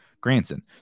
Granson